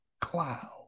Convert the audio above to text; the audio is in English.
cloud